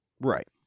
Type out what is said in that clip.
Right